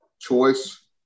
choice